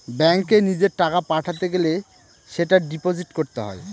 ব্যাঙ্কে নিজের টাকা পাঠাতে গেলে সেটা ডিপোজিট করতে হয়